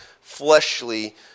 fleshly